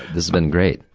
this has been great.